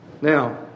Now